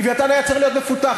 "לווייתן" היה צריך להיות מפותח.